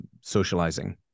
socializing